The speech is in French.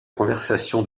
conversion